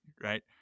right